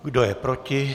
Kdo je proti?